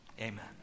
Amen